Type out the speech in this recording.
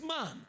man